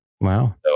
Wow